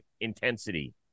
intensity